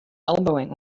elbowing